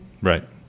Right